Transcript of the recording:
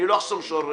לא אחסום שור בדישו.